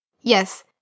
Yes